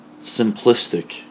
simplistic